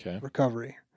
recovery